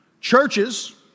churches